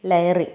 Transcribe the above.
layering